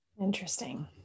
Interesting